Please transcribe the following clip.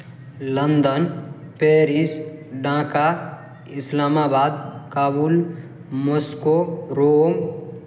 London Paris Dhaka Islamabad Kabul Moscow Rome